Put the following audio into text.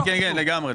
לגמרי.